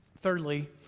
Thirdly